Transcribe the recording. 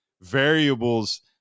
variables